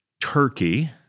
turkey